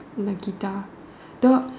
like Nagitha the